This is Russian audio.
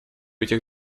этих